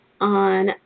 on